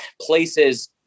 places